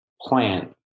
plant